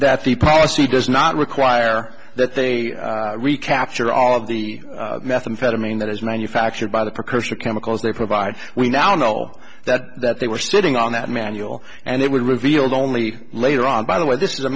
that the policy does not require that they recapture all of the methamphetamine that is manufactured by the precursor chemicals they provide we now know that that they were sitting on that manual and they would reveal only later on by the way this is